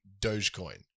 Dogecoin